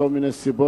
מכל מיני סיבות,